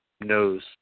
knows